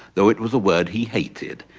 though it was a word he hated.